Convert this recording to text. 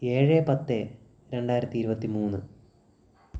ഏഴ് പത്ത് രണ്ടായിരത്തി ഇരുപത്തി മൂന്ന്